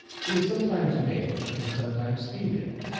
he is sometimes male and some times female.